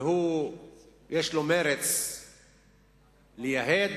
ויש לו מרץ לייהד,